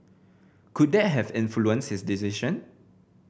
could that have influenced his decision